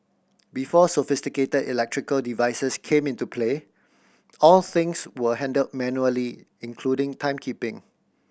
before sophisticated electrical devices came into play all things were handled manually including timekeeping